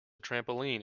trampoline